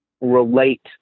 relate